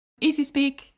EasySpeak